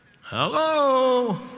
hello